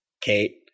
Kate